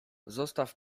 zostaw